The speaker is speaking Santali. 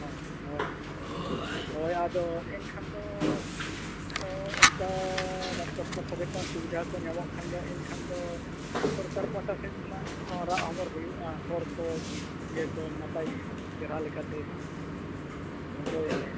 ᱦᱳᱭ ᱦᱳᱭ ᱦᱳᱭ ᱦᱳᱭ ᱟᱫᱚ ᱮᱱᱠᱷᱟᱱ ᱫᱚ ᱦᱚᱸ ᱚᱱᱠᱟ ᱰᱟᱠᱛᱚᱨ ᱠᱚ ᱴᱷᱮᱱ ᱠᱷᱚᱱ ᱥᱩᱵᱤᱫᱟ ᱠᱚ ᱧᱟᱢᱚᱜ ᱠᱷᱟᱱ ᱫᱚ ᱮᱱᱠᱷᱟᱱ ᱫᱚ ᱥᱚᱨᱠᱟᱨ ᱯᱟᱥᱴᱟ ᱥᱮᱫ ᱠᱷᱚᱱᱟᱜ ᱦᱚᱸ ᱨᱟᱜ ᱦᱚᱢᱚᱨ ᱦᱩᱭᱩᱜᱼᱟ ᱦᱚᱨ ᱠᱚ ᱵᱤᱨ ᱤᱭᱟᱹ ᱠᱚ ᱱᱟᱯᱟᱭ ᱜᱮ ᱪᱮᱨᱦᱟ ᱞᱮᱠᱟᱛᱮ ᱦᱚᱪᱚᱭᱟᱞᱮ